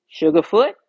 Sugarfoot